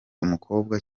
umukobwa